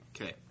Okay